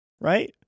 right